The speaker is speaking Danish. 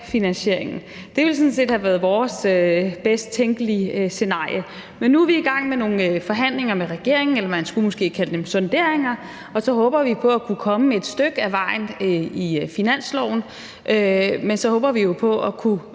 finansieringen. Det ville sådan set have været vores bedst tænkelige scenarie. Men nu er vi i gang med nogle forhandlinger med regeringen, eller man skulle måske kalde dem sonderinger, og så håber vi på at kunne komme et stykke ad vejen i finansloven. Men så håber vi jo på at kunne